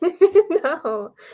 No